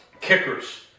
Kickers